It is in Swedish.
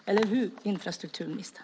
Eller hur, infrastrukturministern?